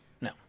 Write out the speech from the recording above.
no